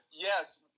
Yes